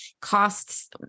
costs